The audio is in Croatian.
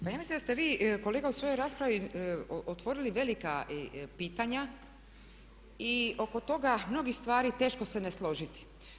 Pa ja mislim da ste vi kolega u svojoj raspravi otvorili velika pitanja i oko toga mnogih stvari teško se ne složiti.